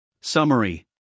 Summary